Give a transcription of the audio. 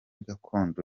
gakondo